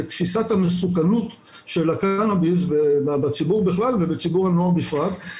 בתפיסת המסוכנות של הקנביס בציבור בכלל ובציבור הנוער בפרט.